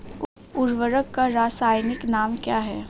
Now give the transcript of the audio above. उर्वरक का रासायनिक नाम क्या है?